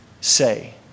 say